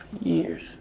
years